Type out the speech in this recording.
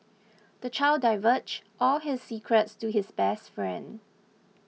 the child divulged all his secrets to his best friend